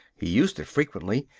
he used it frequently.